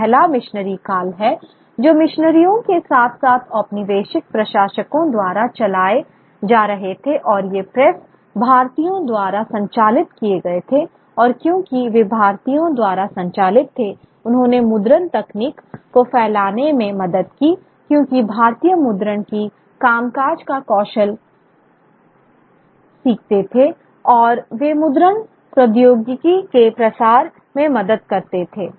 पहला मिशनरी काल है जो मिशनरियों के साथ साथ औपनिवेशिक प्रशासकों द्वारा चलाए जा रहे थे और ये प्रेस भारतीयों द्वारा संचालित किए गए थे और क्योंकि वे भारतीयों द्वारा संचालित थे उन्होंने मुद्रण तकनीक को फैलाने में मदद की क्योंकि भारतीय मुद्रण की कामकाज का कौशल सीखते थे और वे मुद्रण प्रौद्योगिकी के प्रसार में मदद करते थे